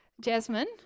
Jasmine